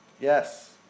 Yes